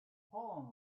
poem